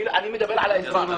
אני מדבר על האזרח.